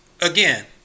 again